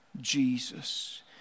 Jesus